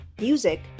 music